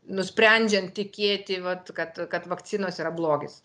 nusprendžiant tikėti vat kad kad vakcinos yra blogis